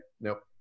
nope